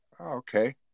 Okay